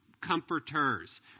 comforters